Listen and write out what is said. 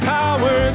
power